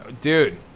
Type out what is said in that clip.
Dude